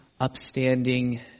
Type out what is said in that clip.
upstanding